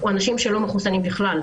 או אנשים שלא מחוסנים בכלל,